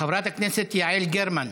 חברת הכנסת יעל גרמן,